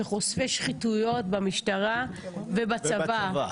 של חושפי שחיתויות במשטרה ובצבא.